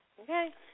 okay